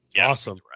Awesome